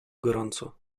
gorąco